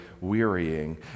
wearying